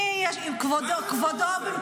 שלי, מה את מתערבת לו בזוגיות?